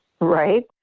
Right